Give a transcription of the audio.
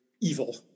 evil